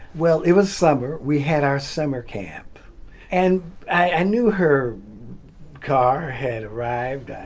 well it was summer. we had our summer camp and i knew her car had arrived.